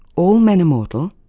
all men are mortal.